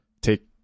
take